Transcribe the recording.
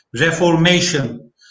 reformation